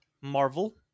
Marvel